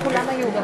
כולם היו.